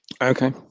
Okay